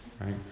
right